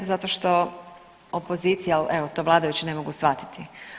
Zato što opozicija, ali evo to vladajući ne mogu shvatiti.